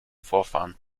vorfahren